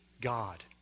God